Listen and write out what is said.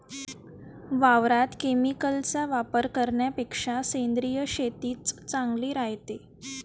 वावरात केमिकलचा वापर करन्यापेक्षा सेंद्रिय शेतीच चांगली रायते